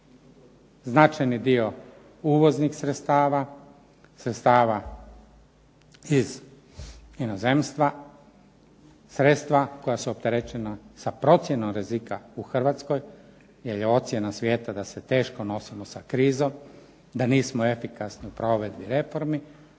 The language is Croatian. Značajni dio uvoznih sredstava, sredstava iz inozemstva, sredstva koja su opterećena sa procjenom rizika u Hrvatskoj jer je ocjena svijeta da se teško nosimo sa krizom, da nismo efikasni u provedbi reformi.